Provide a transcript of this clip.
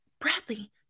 Bradley